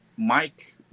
Mike